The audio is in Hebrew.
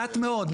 מעט מאוד.